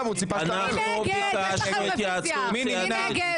מי נמנע?